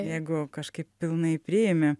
jeigu kažkaip pilnai priėmė